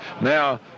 Now